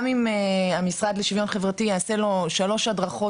גם אם המשרד לשוויון חברתי יעשה לו שלוש הדרכות